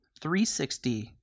360